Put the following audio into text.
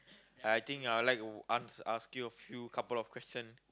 I I think I will like as~ ask you a couple of questions